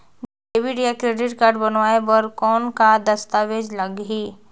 Debit या credit card बनवाय बर कौन का दस्तावेज लगही?